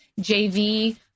JV